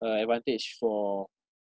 uh advantage for